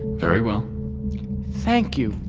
very well thank you!